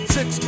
Six